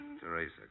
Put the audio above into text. Teresa